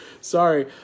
Sorry